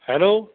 hello